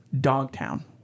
Dogtown